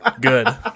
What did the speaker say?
Good